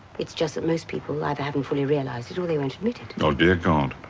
it's just that most people either haven't fully realized it or they won't admit it. oh, dear god.